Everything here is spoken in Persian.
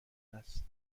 است